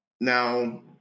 Now